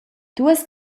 duas